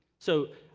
so,